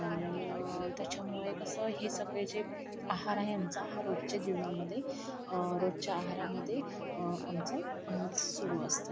आणि त्याच्यामुळे कसं हे सगळे जे आहार आहे आमचा हा रोजच्या जेवणामध्ये रोजच्या आहारामध्ये आमचा सुरू असतो